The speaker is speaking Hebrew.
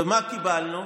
ומה קיבלנו?